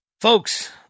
folks